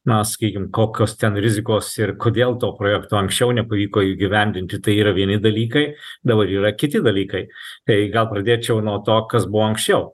na sakykim kokios ten rizikos ir kodėl to projekto anksčiau nepavyko įgyvendinti tai yra vieni dalykai dabar yra kiti dalykai tai gal pradėčiau nuo to kas buvo anksčiau